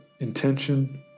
intention